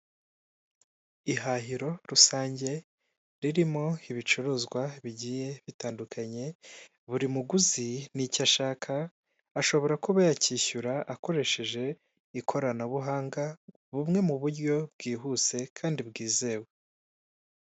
Ihahiro rusange ririmo ibicuruzwa bigiye bitandukanye, buri muguzi n'icyo ashaka ashobora kuba yacyishyura akoresheje ikoranabuhanga, bumwe mu buryo bwihuse kandi bwizewe.